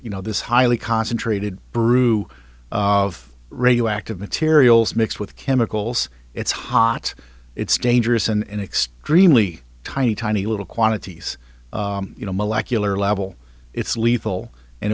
you know this highly concentrated brew of radioactive materials mixed with chemicals it's hot it's dangerous and extremely tiny tiny little quantities you know molecular level it's lethal and